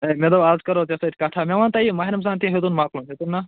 ہے مےٚ دوٚپ آز کَرو ژےٚ سۭتۍ کَتھہ مےٚ وَنتہ یہِ ماہِ رمضان تہِ ہیٚوتُن مۄکلُن ہیٚوتُن نا